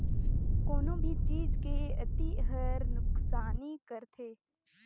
कोनो भी चीज के अती हर नुकसानी करथे